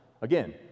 Again